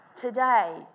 Today